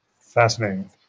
Fascinating